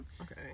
Okay